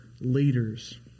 leaders